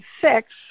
six